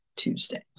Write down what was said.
Tuesday